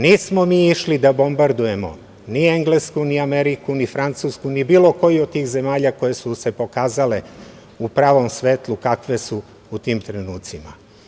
Nismo mi išli da bombardujemo ni Englesku, ni Ameriku, ni Francusku, ni bilo koju od tih zemalja koje su se pokazale u pravom svetlu kakve su u tim trenucima.